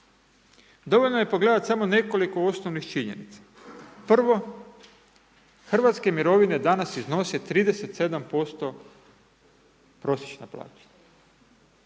Dovoljno je pogledati samo nekoliko osnovnih činjenica. Prvo, hrvatske mirovine danas iznose 37% prosječne plaće.